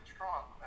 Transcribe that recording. Trump